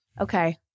Okay